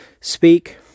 speak